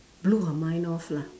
blew her mind off lah